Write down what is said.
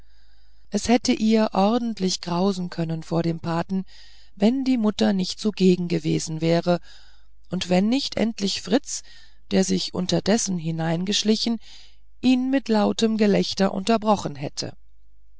es hätte ihr ordentlich grauen können vor dem paten wenn die mutter nicht zugegen gewesen wäre und wenn nicht endlich fritz der sich unterdessen hineingeschlichen ihn mit lautem gelächter unterbrochen hätte